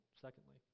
Secondly